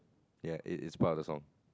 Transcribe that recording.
ya it is part of the song